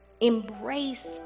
Embrace